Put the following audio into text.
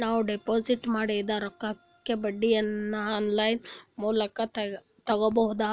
ನಾವು ಡಿಪಾಜಿಟ್ ಮಾಡಿದ ರೊಕ್ಕಕ್ಕೆ ಬಡ್ಡಿಯನ್ನ ಆನ್ ಲೈನ್ ಮೂಲಕ ತಗಬಹುದಾ?